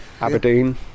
Aberdeen